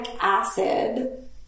acid